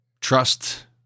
Trust